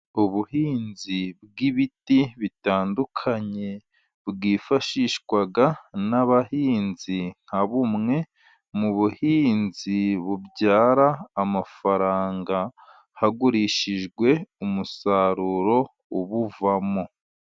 Ubuhinzi bw'ibiti bitandukanye bwifashishwa n'abahinzi, nka bumwe mu buhinzi bubyara amafaranga, hagurishijwe umusaruro ubuvamo.